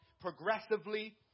progressively